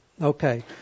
Okay